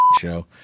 show